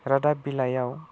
रादाब बिलायाव